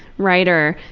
writer,